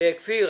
כפיר,